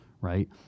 right